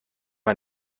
man